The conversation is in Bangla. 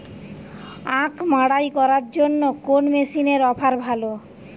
আখ মাড়াই করার জন্য কোন মেশিনের অফার ভালো?